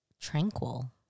tranquil